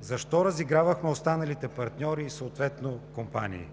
защо разигравахме останалите партньори и компании?